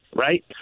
Right